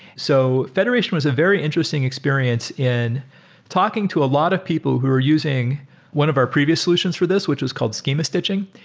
so federation was a very interesting experience in talking to a lot of people who are using one of our previous solutions for this, which is called schema stitching,